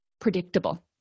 predictable